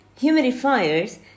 humidifiers